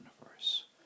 universe